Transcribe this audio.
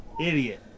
Idiot